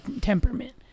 temperament